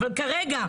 אבל כרגע,